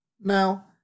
now